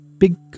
big